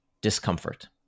discomfort